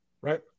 Right